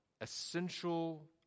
essential